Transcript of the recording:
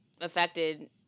affected